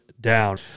down